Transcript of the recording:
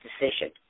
decision